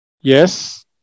Yes